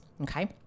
Okay